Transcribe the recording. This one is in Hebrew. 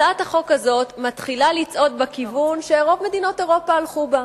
הצעת החוק הזאת מתחילה לצעוד בכיוון שרוב מדינות אירופה הלכו בו.